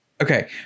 Okay